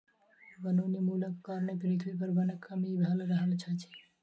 वनोन्मूलनक कारणें पृथ्वी पर वनक कमी भअ रहल अछि